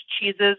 cheeses